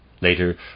Later